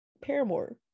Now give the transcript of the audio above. Paramore